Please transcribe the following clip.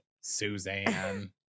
Suzanne